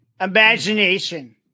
Imagination